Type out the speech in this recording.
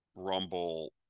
rumble